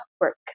work